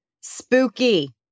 Spooky